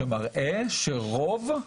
שמראה שרוב,